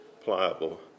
pliable